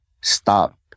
stop